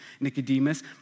Nicodemus